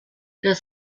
das